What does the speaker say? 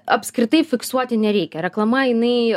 apskritai fiksuoti nereikia reklama jinai